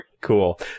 Cool